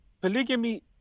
Polygamy